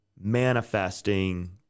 manifesting